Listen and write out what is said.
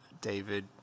David